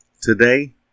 Today